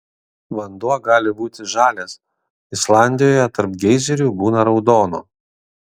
vanduo gali būti žalias islandijoje tarp geizerių būna raudono